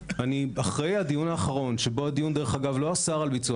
אחרי הדיון האחרון שאגב לא אסר על ביצוע